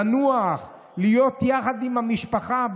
לנוח בו ולהיות יחד עם המשפחה.